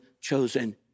chosen